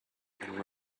and